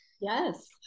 Yes